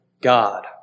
God